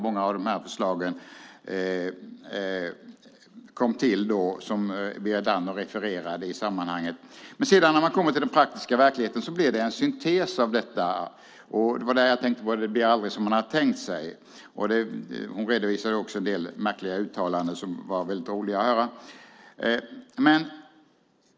Många av förslagen kom till då som Berit Andnor refererade. När man kommer till den praktiska verkligheten blir det en syntes av detta. Det blir aldrig som man har tänkt sig. Hon redovisade också en del märkliga uttalanden som var roliga att höra.